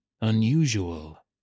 Unusual